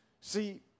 See